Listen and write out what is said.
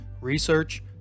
research